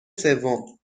سوم